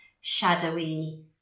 shadowy